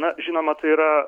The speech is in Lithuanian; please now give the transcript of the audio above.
na žinoma tai yra